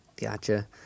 Gotcha